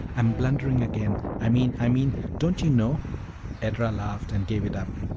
i'm blundering again! i mean i mean don't you know edra laughed and gave it up.